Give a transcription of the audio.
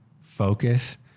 focus